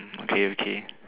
okay okay